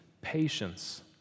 patience